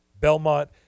Belmont